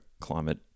climate